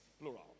plural